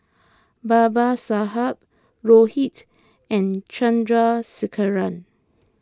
Babasaheb Rohit and Chandrasekaran